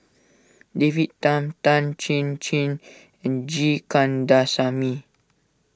David Tham Tan Chin Chin and G Kandasamy